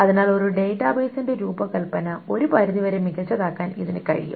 അതിനാൽ ഒരു ഡാറ്റാബേസിന്റെ രൂപകൽപ്പന ഒരു പരിധിവരെ മികച്ചതാക്കാൻ ഇതിന് കഴിയും